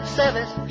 service